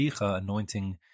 anointing